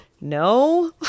no